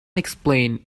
explain